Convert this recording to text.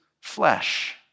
flesh